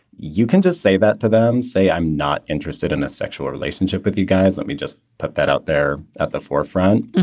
you can just say that to them. say i'm not interested in a sexual relationship with you guys. let me just put that out there at the forefront.